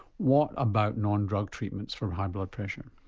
what about non-drug treatments for high blood pressure?